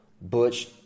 butch